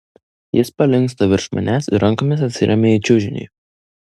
jis palinksta virš manęs ir rankomis atsiremia į čiužinį